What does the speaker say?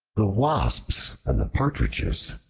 the wasps and the partridges,